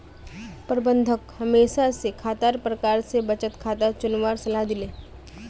प्रबंधक महेश स खातार प्रकार स बचत खाता चुनवार सलाह दिले